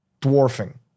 dwarfing